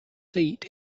seat